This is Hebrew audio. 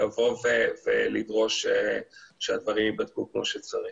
לבוא ולדרוש שהדברים ייבדקו כמו שצריך.